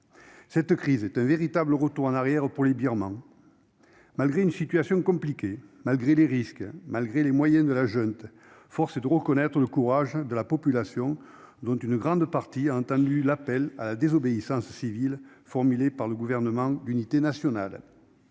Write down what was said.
Cette crise est un véritable retour en arrière pour les Birmans. Malgré une situation compliquée, malgré les risques, malgré les moyens de la junte, force est de reconnaître le courage de la population, dont une grande partie a entendu l'appel à la désobéissance civile formulée par le Gouvernement d'unité nationale.